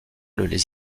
les